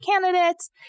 candidates